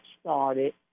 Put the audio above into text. started